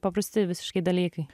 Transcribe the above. paprasti visiškai dalykai